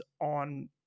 on